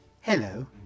hello